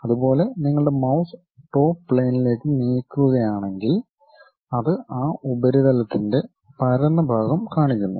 അതുപോലെ നിങ്ങൾ mouse top പ്ലെയിനിലേക്ക് നീക്കുകയാണെങ്കിൽ അത് ആ ഉപരിതലത്തിന്റെ പരന്ന ഭാഗം കാണിക്കുന്നു